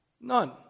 None